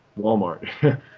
Walmart